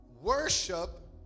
Worship